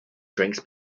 drinks